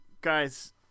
Guys